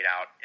out